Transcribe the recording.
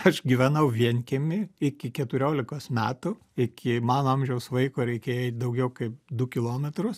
aš gyvenau vienkiemy iki keturiolikos metų iki mano amžiaus vaikui reikėjo eit daugiau kaip du kilometrus